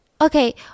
Okay